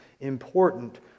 important